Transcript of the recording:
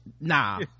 nah